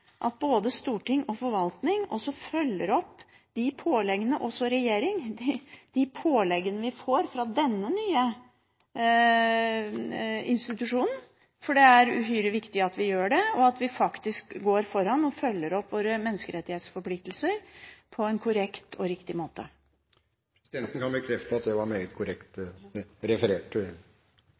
at både storting, regjering og forvaltning også følger opp de påleggene vi får fra denne nye institusjonen. Det er uhyre viktig at vi gjør det, og at vi faktisk går foran og følger opp våre menneskerettighetsforpliktelser på en korrekt og riktig måte. Presidenten kan bekrefte at det var meget korrekt referert.